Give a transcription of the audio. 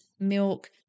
Milk